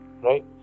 Right